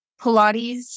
Pilates